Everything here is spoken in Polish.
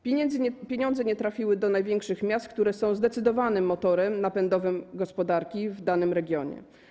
Pieniądze nie trafiły do największych miast, które są zdecydowanym motorem napędowym gospodarki w danym regionie.